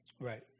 right